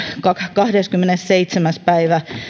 kahdeskymmenesseitsemäs päivä